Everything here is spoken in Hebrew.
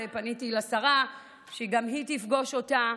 ופניתי לשרה שגם היא תפגוש אותה,